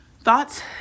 thoughts